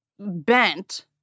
Bent